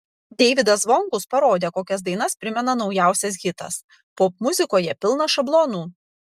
deivydas zvonkus parodė kokias dainas primena naujausias hitas popmuzikoje pilna šablonų